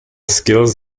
skills